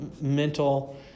mental